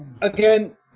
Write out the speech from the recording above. again